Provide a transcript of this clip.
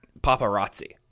Paparazzi